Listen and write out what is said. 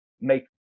make